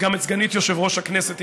וגם את סגנית יושב-ראש הכנסת,